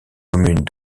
communes